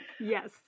Yes